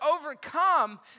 overcome